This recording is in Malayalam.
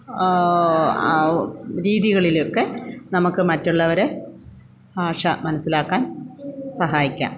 രീതികളിലൊക്കെ നമുക്ക് മറ്റുള്ളവരെ ഭാഷ മനസ്സിലാക്കാൻ സഹായിക്കാം